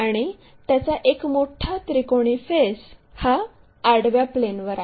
आणि त्याचा एक मोठा त्रिकोणी फेस हा आडव्या प्लेनवर आहे